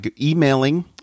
emailing